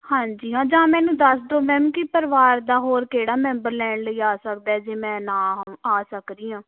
ਹਾਂਜੀ ਹਾਂ ਜਾਂ ਮੈਨੂੰ ਦੱਸ ਦਿਉ ਮੈਮ ਕਿ ਪਰਿਵਾਰ ਦਾ ਹੋਰ ਕਿਹੜਾ ਮੈਂਬਰ ਲੈਣ ਲਈ ਆ ਸਕਦਾ ਜੇ ਮੈਂ ਨਾ ਆ ਆ ਸਕਦੀ ਹਾਂ